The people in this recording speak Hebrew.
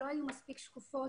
לא היו מספיק שקופות,